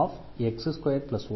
ஆகவே 1 6D1D6 D26x21